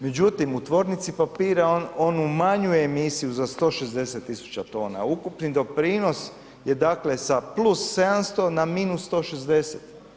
Međutim u tvornici papira on umanjuje emisiju za 160 000 tona, ukupni doprinos je dakle sa +700 na -160.